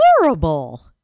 Horrible